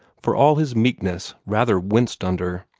for all his meekness, rather winced under.